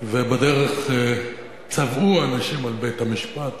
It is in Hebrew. ובדרך צבאו אנשים על בית-המשפט.